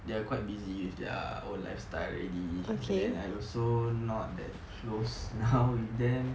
they are quite busy with their own lifestyle already then I also not that close now with them